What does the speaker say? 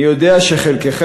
אני יודע שחלקכם,